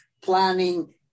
planning